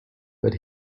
but